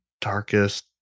darkest